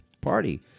party